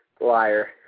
liar